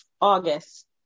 August